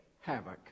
havoc